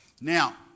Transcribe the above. Now